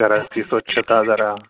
घराची स्वच्छता जरा